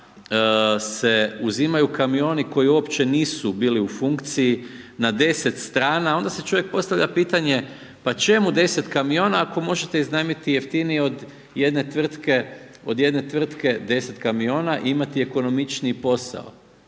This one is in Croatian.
se uzimaju kamioni koji uopće nisu bili u funkciji na 10 strana, pa onda si čovjek postavlja pitanje, pa čemu 10 kamiona, ako možete iznajmiti jeftinije od jedne tvrtke 10 kamiona i imati ekonomičniji posao.